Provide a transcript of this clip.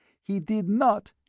he did not,